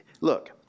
look